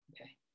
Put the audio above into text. Okay